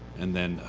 and then